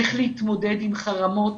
איך להתמודד עם חרמות,